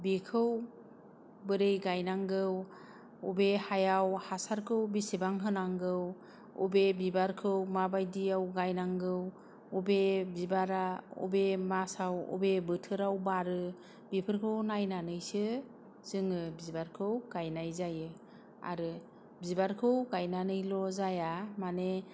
बेखौ बोरै गायनांगौ बबे हायाव हासारखौ बेसेबां होनांगौ बबे बिबारखौ माबायदियाव गायनांगौ बबे बिबारा बबे मासाव मबे बोथोराव बारो बेफोरखौ नायनानैसो जोङो बिबारखौ गायनाय जायो आरो बिबारखौ गायनानैल' जाया माने